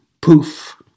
poof